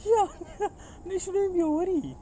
ya that shouldn't be your worry